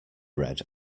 read